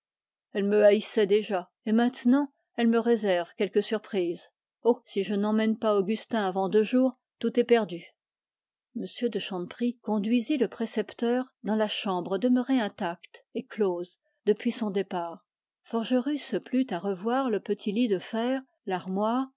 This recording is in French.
elle me haïssait déjà et maintenant elle me réserve quelque surprise oh si je n'emmène pas augustin avant deux jours tout est perdu m de chanteprie conduisit le précepteur dans la chambre demeurée intacte depuis son départ forgerus se plut à revoir le petit lit de fer l'armoire